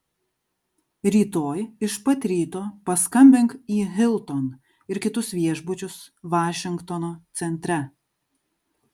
rytoj iš pat ryto paskambink į hilton ir kitus viešbučius vašingtono centre